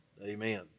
Amen